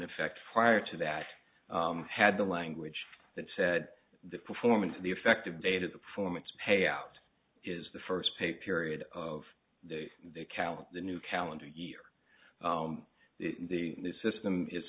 effect prior to that had the language that said the performance of the effective date of the performance payout is the first pay period of the cal the new calendar year the new system is